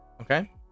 Okay